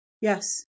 Yes